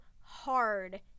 hard